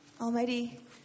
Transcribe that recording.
Almighty